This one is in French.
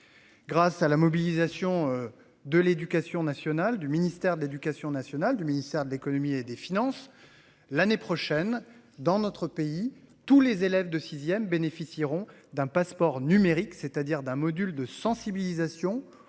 Grâce à la mobilisation de l'éducation nationale du ministère de l'Éducation nationale, du ministère de l'Économie et des Finances l'année prochaine dans notre pays. Tous les élèves de 6ème bénéficieront d'un passeport numérique, c'est-à-dire d'un Module de sensibilisation